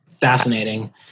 fascinating